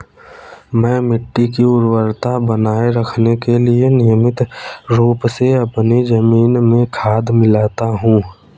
मैं मिट्टी की उर्वरता बनाए रखने के लिए नियमित रूप से अपनी जमीन में खाद मिलाता हूं